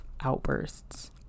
outbursts